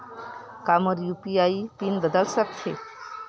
का मोर UPI PIN बदल सकथे?